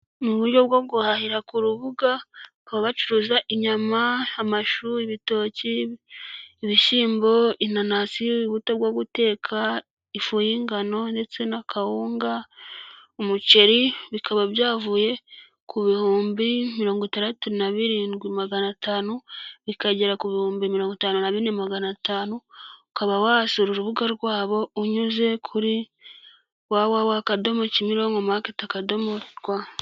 Mu buryo bwo guhahira ku rubuga bakaba bacuruza inyama amashu ibitoki ibishyimbo inanasi ubuto bwo guteka ifu y'ingano ndetse na kawunga, umuceri bikaba byavuye ku bihumbi mirongo itaratu na birindwi magana atanu, bikagera ku bihumbi mirongo itanu na bine ma ganatanu, ukaba wasura urubuga rwabo unyuze kuri www.kimironkomarket.rw